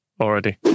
Already